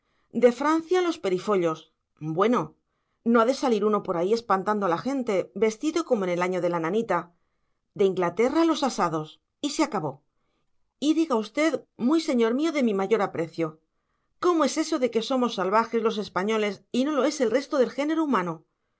de francia los perifollos bueno no ha de salir uno por ahí espantando a la gente vestido como en el año de la nanita de inglaterra los asados y se acabó y diga usted muy señor mío de mi mayor aprecio cómo es eso de que somos salvajes los españoles y no lo es el resto del género humano